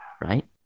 right